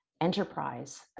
enterprise